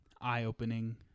eye-opening